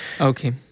Okay